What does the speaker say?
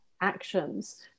actions